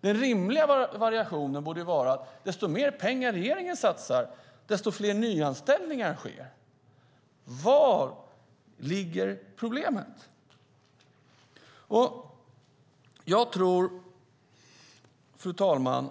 Den rimliga variationen borde vara: Ju mer pengar regeringen satsar, desto fler nyanställningar sker. Var ligger problemet? Fru talman!